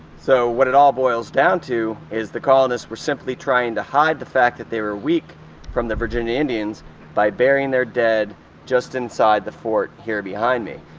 so what it all boils down to is the colonists were simply trying to hide the fact that they were weak from the virginia indians by burying their dead just inside the fort here behind me.